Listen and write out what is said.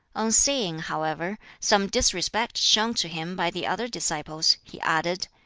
on seeing, however, some disrespect shown to him by the other disciples, he added,